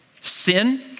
sin